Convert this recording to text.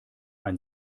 ein